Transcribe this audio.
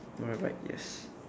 one of right yes